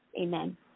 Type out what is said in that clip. Amen